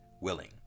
Willing